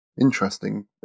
interesting